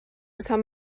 sant